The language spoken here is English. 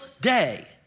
day